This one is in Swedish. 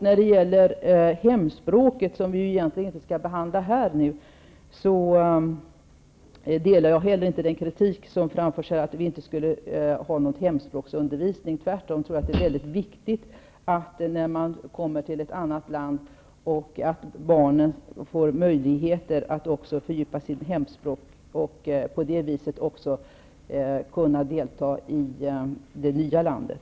När det gäller hemspråken, som vi egentligen inte skall behandla nu, delar jag heller inte den kritik som framförs eller åsikten att det inte skulle finnas någon hemspråksundervisning. Tvärtom tror jag att det är mycket viktigt att barnen, när de kommer till ett annat land, får möjligheter att också fördjupa sig i ett hemspråk, så att de på det viset kunna fungera i det nya landet.